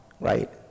right